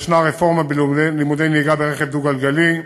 יש רפורמה בלימודי נהיגה ברכב דו-גלגלי,